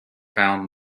found